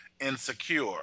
Insecure